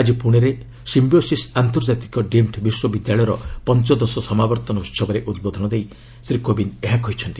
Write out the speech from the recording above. ଆଜି ପୁଣେରେ ସିୟିଓସିସ୍ ଅନ୍ତର୍ଜାତୀୟ ଡିମ୍ଡ୍ ବିଶ୍ୱବିଦ୍ୟାଳୟର ପଞ୍ଚଦଶ ସମାବର୍ତ୍ତନ ଉତ୍ସବରେ ଉଦ୍ବୋଧନ ଦେଲା ବେଳେ ଶ୍ରୀ କୋବିନ୍ଦ ଏହା କହିଛନ୍ତି